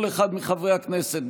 כל אחד מחברי הכנסת,